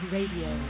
Radio